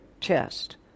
chest